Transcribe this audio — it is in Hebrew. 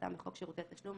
כהגדרתם בחוק שירותי תשלום,